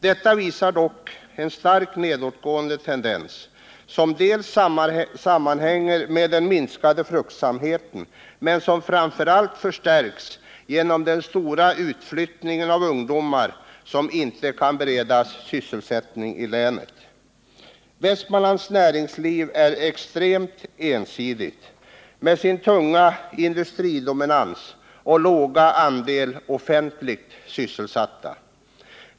Detta visar dock en starkt nedåtgående tendens, som bl.a. sammanhänger med den minskade nativiteten men som framför allt förstärks genom den stora utflyttningen av ungdomar som inte kan beredas sysselsättning i länet. Västmanlands näringsliv är extremt ensidigt, med sin tunga industridominans och låga andel offentligt sysselsatta.